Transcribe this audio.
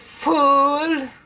fool